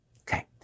Okay